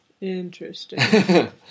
Interesting